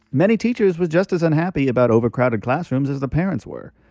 many teachers were just as unhappy about overcrowded classrooms as the parents were.